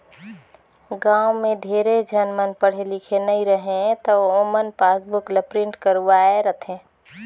गाँव में ढेरे झन मन पढ़े लिखे नई रहें त ओमन पासबुक ल प्रिंट करवाये रथें